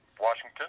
Washington